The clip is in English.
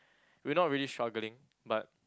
we're not really struggling but